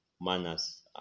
manners